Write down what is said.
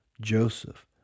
Joseph